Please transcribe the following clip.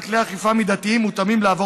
פיזורן של ההפגנות ומעצר של מפגינים רבים,